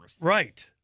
Right